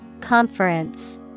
Conference